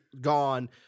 gone